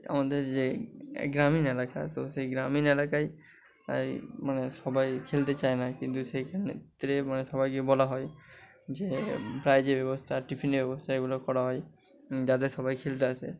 আমাদের যে গ্রামীণ এলাকা তো সেই গ্রামীণ এলাকায় এই মানে সবাই খেলতে চায় না কিন্তু সেইখানে সবাইকে বলা হয় যে প্রাইজের ব্যবস্থা টিফিনের ব্যবস্থা এইগুলো করা হয় যাতে সবাই খেলতে আসে